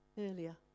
earlier